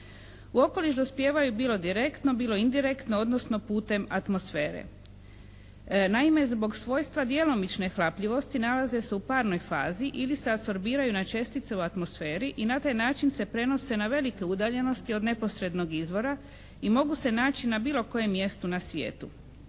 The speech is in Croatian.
U okoliš dospijevaju bilo direktno, bilo indirektno, odnosno putem atmosfere. Naime, zbog svojstva djelomične hlapljivosti nalaze se u parnoj fazi ili se asorbiraju na čestice u atmosferi i na taj način se prenose na velike udaljenosti od neposrednog izvora i mogu se naći na bilo kojem mjestu na svijetu.